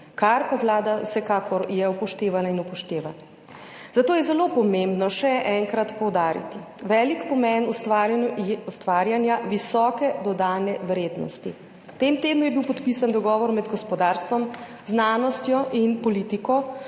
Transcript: kar pa Vlada vsekakor je upoštevana in upošteva, zato je zelo pomembno še enkrat poudariti, velik pomen ustvarjanja visoke dodane vrednosti. V tem tednu je bil podpisan dogovor med gospodarstvom, znanostjo in politiko,